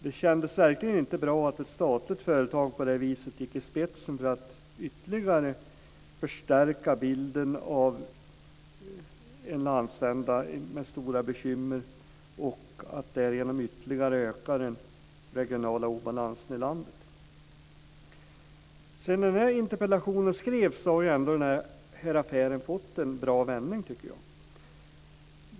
Det kändes verkligen inte bra att ett statligt företag på det viset gick i spetsen för att ytterligare förstärka bilden av en landsända med stora bekymmer och därmed bidra till att ytterligare öka den regionala obalansen i landet. Sedan interpellationen skrevs har den här affären fått en bra vändning, tycker jag.